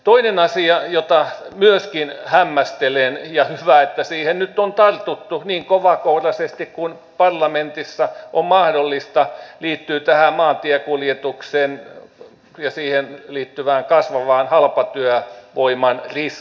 toinen asia jota myöskin hämmästelen ja hyvä että siihen nyt on tartuttu niin kovakouraisesti kuin parlamentissa on mahdollista liittyy maantiekuljetukseen ja siihen liittyvään kasvavaan halpatyövoiman riskiin